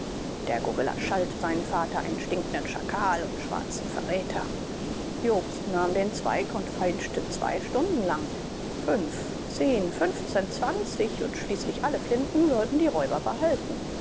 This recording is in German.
der gorilla schalt seinen vater einen stinkenden schakal und schwarzen verräter jobst nahm den zweig und feilschte zwei stunden lang fünf zehn fünfzehn zwanzig und schließlich alle flinten sollten die räuber behalten